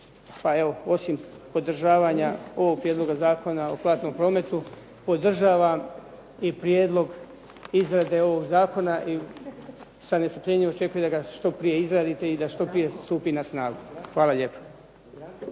pa evo osim podržavanja ovog prijedloga Zakona o platnom prometu podržavam i prijedlog izrade ovog zakona i sa nestrpljenjem očekujem da ga što prije izradite i da što prije stupi na snagu. Hvala lijepa.